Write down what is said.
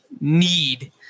need